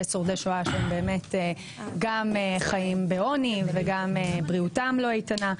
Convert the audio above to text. ויש שורדי שואה שהם גם חיים בעוני וגם בריאותם לא איתנה,